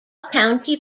county